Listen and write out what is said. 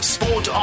Sport